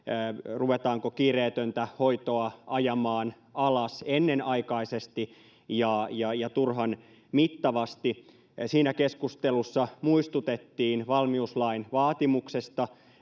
ruvetaanko kiireetöntä hoitoa ajamaan alas ennenaikaisesti ja ja turhan mittavasti siinä keskustelussa muistutettiin valmiuslain vaatimuksesta